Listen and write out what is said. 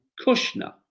Kushner